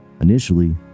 Initially